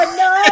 no